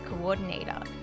coordinator